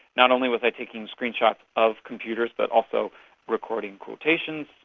not only was i taking screenshots of computers but also recording quotations,